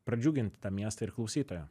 pradžiuginti tą miestą ir klausytoją